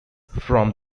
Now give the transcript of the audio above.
from